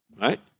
right